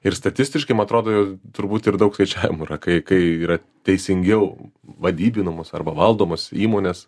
ir statistiškai man atrodo jau turbūt ir daug skaičiavimų yra kai kai yra teisingiau vadybinamos s arba valdomos įmonės